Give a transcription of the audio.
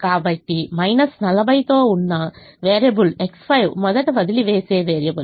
కాబట్టి 40 తో ఉన్న వేరియబుల్ X5 మొదట వదిలివేసే వేరియబుల్